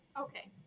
Okay